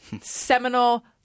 Seminal